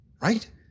right